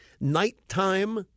Nighttime